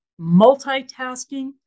multitasking